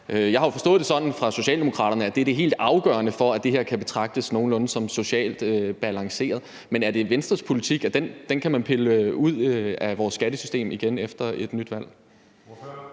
Jeg har forstået det sådan på Socialdemokraterne, at den er det helt afgørende for, at det her kan betragtes som nogenlunde socialt balanceret. Men er det Venstres politik, at den kan man pille ud af vores skattesystem igen efter et nyt valg?